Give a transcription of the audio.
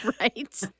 right